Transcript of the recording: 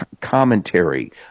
commentary